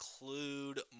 include